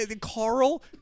Carl